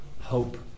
hope